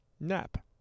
NAP